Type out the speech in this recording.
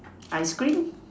ice cream